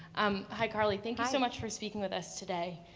um hi carly, thank you so much for speaking with us today.